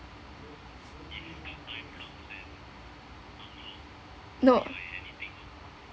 no